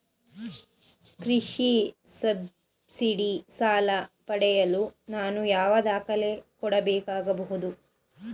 ಕೃಷಿ ಸಬ್ಸಿಡಿ ಸಾಲ ಪಡೆಯಲು ನಾನು ಯಾವ ದಾಖಲೆ ಕೊಡಬೇಕಾಗಬಹುದು?